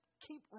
keep